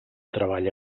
treball